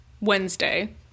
Wednesday